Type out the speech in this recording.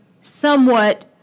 somewhat